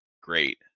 great